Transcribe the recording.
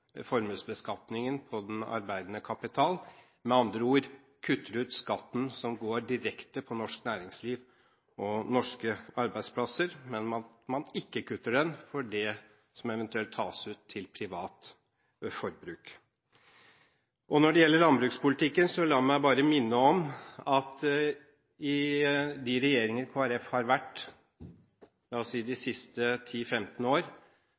skatten som går direkte på norsk næringsliv og norske arbeidsplasser, men at man ikke kutter skatten på det som eventuelt tas ut til privat forbruk. Når det gjelder landbrukspolitikken, vil jeg bare minne om at det i de regjeringer hvor Kristelig Folkeparti har deltatt de siste 10–15 årene, ikke har vært brudd i forhandlingene, slik vi opplevde tidligere i år